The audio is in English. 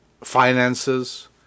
finances